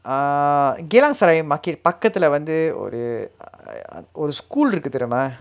ah geylang serai market பக்குத்துல வந்து ஒரு ஒரு:pakathulae vanthu oru oru school இருக்கு தெரியுமா:irukku teriyumaa